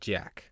Jack